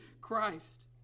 Christ